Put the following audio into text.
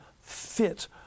fit